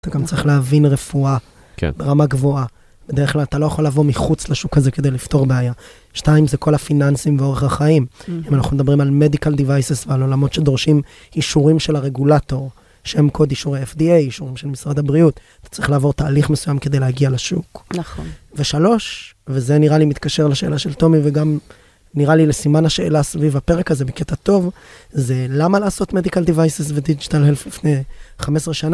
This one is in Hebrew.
אתה גם צריך להבין רפואה ברמה גבוהה. בדרך כלל, אתה לא יכול לבוא מחוץ לשוק הזה כדי לפתור בעיה. שתיים, זה כל הפיננסים והאורחי החיים. אם אנחנו מדברים על medical devices ועל עולמות שדורשים אישורים של הרגולטור, שם קוד אישורי FDA, אישורים של משרד הבריאות, אתה צריך לעבור תהליך מסוים כדי להגיע לשוק. נכון. ושלוש, וזה נראה לי מתקשר לשאלה של תומי, וגם נראה לי לסימן השאלה סביב הפרק הזה בקטע טוב, זה למה לעשות medical devices ו-digital health לפני 15 שנה.